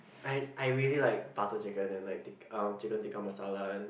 I I really like butter chicken and like tik~ um chicken Tikka Masala and